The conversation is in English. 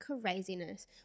craziness